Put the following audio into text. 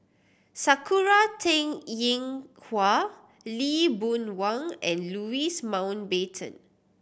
Sakura Teng Ying Hua Lee Boon Wang and Louis Mountbatten